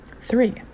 Three